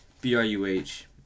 B-R-U-H